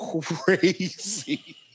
crazy